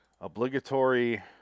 obligatory